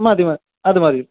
മതി മതി അത് മതി